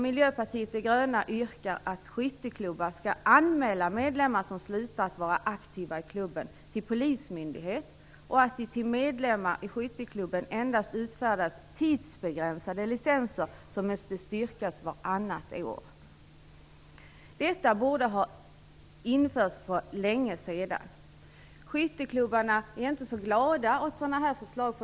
Miljöpartiet de gröna yrkar att skytteklubbar skall anmäla medlemmar som slutat vara aktiva i klubben till polismyndighet och att det till medlemmar i skytteklubben endast utfärdas tidsbegränsade licenser som måste styrkas vartannat år. Detta borde ha införts för länge sedan. Skytteklubbarna är inte så glada åt sådana förslag.